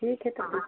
ठीक है तो फिर